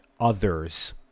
others